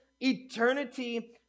eternity